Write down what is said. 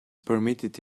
permitted